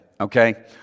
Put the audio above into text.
okay